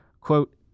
Quote